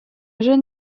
jeune